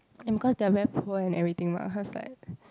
and cause they are very poor in everything what I was like